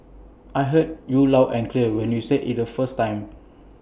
I heard you loud and clear when you said IT the first time